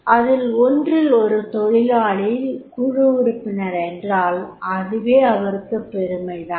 அதில் ஒன்றில் ஒரு தொழிலாளி குழு உறுப்பினர் என்றால் அதுவே அவருக்கு பெருமை தான்